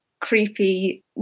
creepy